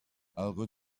algun